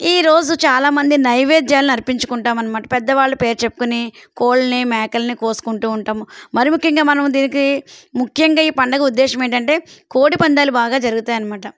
ఈ రోజు చాలామంది నైవేద్యాలను అర్పించుకుంటాము అన్నమాట పెద్దవాళ్ళు పేరు చెప్పుకొని కోళ్ళని మేకలని కోసుకుంటూ ఉంటాము మరి ముఖ్యంగా మనం దీనికి ముఖ్యంగా ఈ పండగ ఉద్దేశం ఏంటంటే కోడిపందాలు బాగా జరుగుతాయన్నమాట